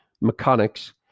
mechanics